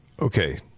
Okay